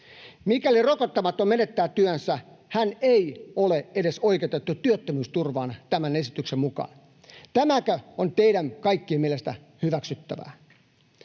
Mikäli rokottamaton menettää työnsä, hän ei ole edes oikeutettu työttömyysturvaan tämän esityksen mukaan. Tämäkö on teidän kaikkien mielestä hyväksyttävää?